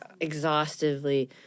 exhaustively